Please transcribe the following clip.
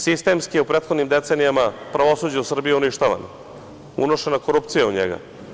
Sistemski je u prethodnim decenijama pravosuđe u Srbiji uništavano, unošena korupcija u njega.